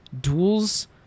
duels